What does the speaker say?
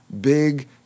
big